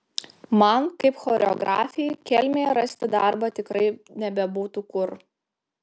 man kaip choreografei kelmėje rasti darbą tikrai nebebūtų kur